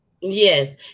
Yes